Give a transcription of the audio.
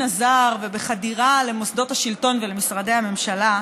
הזה ובחדירה למוסדות השלטון ולמשרדי הממשלה,